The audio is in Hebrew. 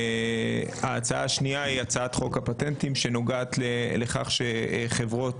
ההצעה השנייה היא הצעת חוק הפטנטים שנוגעת לכך שחברות